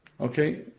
Okay